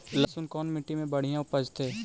लहसुन कोन मट्टी मे बढ़िया उपजतै?